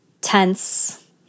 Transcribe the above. tense